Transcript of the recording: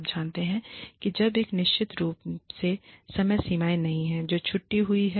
आप जानते हैं कि जब तक निश्चित रूप से समय सीमाएं नहीं हैं जो छूटी हुई हैं